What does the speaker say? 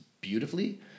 beautifully